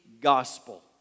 gospel